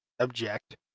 object